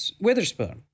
Witherspoon